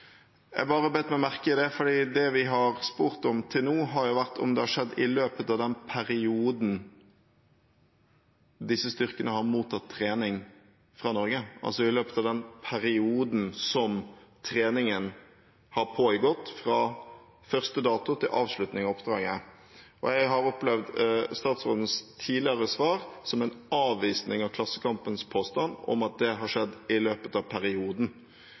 Jeg bet meg merke i det, for det vi har spurt om til nå, har vært om det har skjedd i løpet av den perioden disse styrkene har mottatt trening fra Norge, altså i løpet av den perioden som treningen har pågått, fra første dato til avslutning av oppdraget. Jeg har opplevd statsrådens tidligere svar som en avvisning av Klassekampens påstand om at det har skjedd i løpet av perioden.